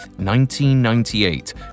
1998